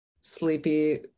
sleepy